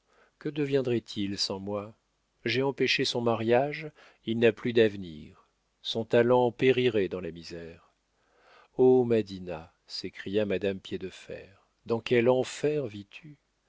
que deviendrait-il sans moi j'ai empêché son mariage il n'a plus d'avenir son talent périrait dans la misère oh ma dinah s'écria madame piédefer dans quel enfer vis tu